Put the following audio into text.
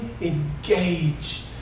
engage